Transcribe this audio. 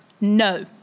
No